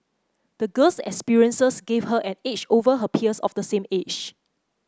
the girl's experiences gave her an edge over her peers of the same age